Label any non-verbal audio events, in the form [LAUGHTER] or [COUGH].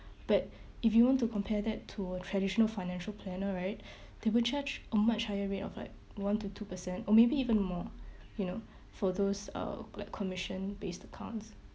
but if you want to compare that to a traditional financial planner right [BREATH] they will charge a much higher rate of like one to two percent or maybe even more you know for those uh like commission based accounts